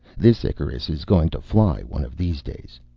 this icarus is going to fly, one of these days.